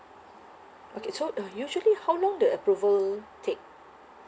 okay so uh usually how long the approval take